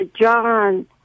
John